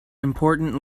important